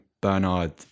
Bernard